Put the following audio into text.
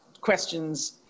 questions